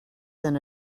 than